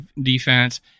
defense